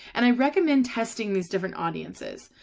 and i recommend testing these different audiences.